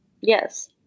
Yes